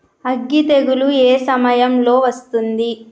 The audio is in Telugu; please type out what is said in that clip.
అగ్గి తెగులు ఏ సమయం లో వస్తుంది?